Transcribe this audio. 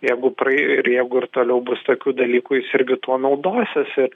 jeigu pra ir jeigu ir toliau bus tokių dalykų jis irgi tuo naudosis ir